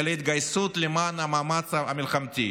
אלא התגייסות למען המאמץ המלחמתי.